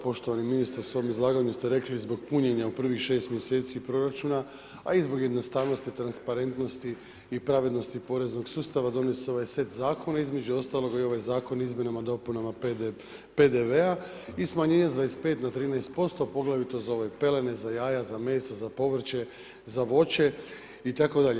Poštovani ministre u svom izlaganju ste rekli zbog punjenja u prvih 6 mjeseci proračuna a i zbog jednostavno i transparentnosti i pravednosti poreznog sustava donese ovaj set zakona, između ostalog i ovaj Zakon o izmjenama i dopunama PDV-a i smanjenje sa 25 na 13%, poglavito za ove pelene, za jaja, za meso, za povrće, za voće itd.